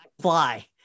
fly